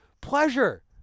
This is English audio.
pleasure